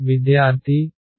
విద్యార్థి V2